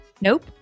Nope